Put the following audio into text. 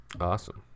Awesome